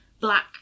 black